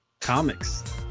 Comics